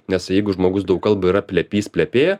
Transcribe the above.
nes jeigu žmogus daug kalba yra plepys plepė